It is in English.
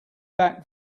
back